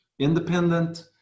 independent